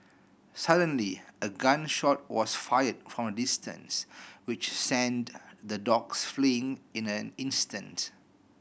suddenly a gun shot was fired from a distance which sent the dogs fleeing in an instant